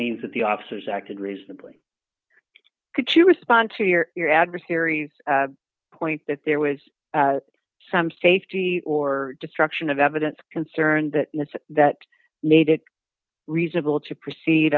means that the officers acted reasonably to respond to your your adversaries point that there was some safety or destruction of evidence concern that that made it reasonable to proceed